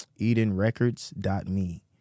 EdenRecords.me